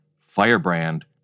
firebrand